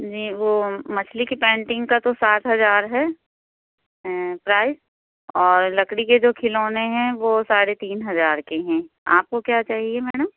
जी वो मछली की पेंटिंग का तो सात हज़ार है प्राइस और लकड़ी के जो खिलौने हैं वो साढ़े तीन हज़ार के हैं आपको क्या चाहिए मैडम